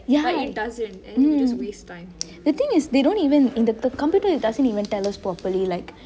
ya mm the thing is the computer doesn't even tell us properly like